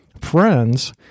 friends